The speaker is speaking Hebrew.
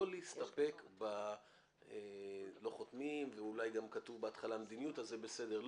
לא להסתפק ב"לא חותמים" ואולי גם כתוב בהתחלה "מדיניות" אז זה בסדר.